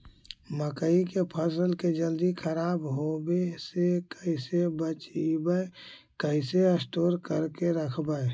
मकइ के फ़सल के जल्दी खराब होबे से कैसे बचइबै कैसे स्टोर करके रखबै?